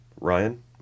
Ryan